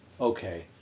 okay